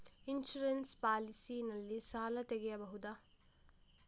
Insurance policy ನಲ್ಲಿ ಸಾಲ ತೆಗೆಯಬಹುದ?